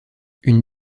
une